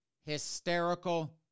hysterical